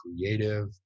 creative